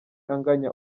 anganya